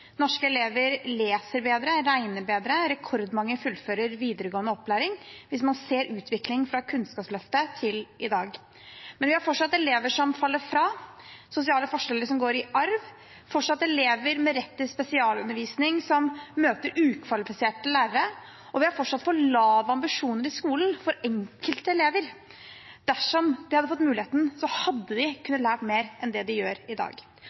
Norske elever leser bedre, regner bedre, og rekordmange fullfører videregående opplæring, hvis man ser utviklingen fra Kunnskapsløftet til i dag. Men vi har fortsatt elever som faller fra, fortsatt sosiale forskjeller som går i arv, fortsatt elever med rett til spesialundervisning som møter ukvalifiserte lærere, og vi har fortsatt for lave ambisjoner i skolen for enkelte elever. Dersom de hadde fått muligheten, hadde de kunnet lært mer enn de gjør i dag.